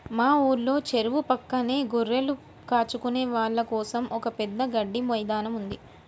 మా ఊర్లో చెరువు పక్కనే గొర్రెలు కాచుకునే వాళ్ళ కోసం ఒక పెద్ద గడ్డి మైదానం ఉంది